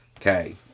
Okay